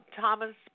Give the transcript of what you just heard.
Thomas